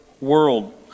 world